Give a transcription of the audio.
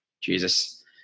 Jesus